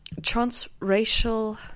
Transracial